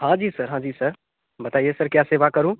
हाँ जी सर हाँ जी सर बताइए सर क्या सेवा करूँ